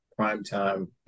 primetime